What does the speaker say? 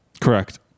Correct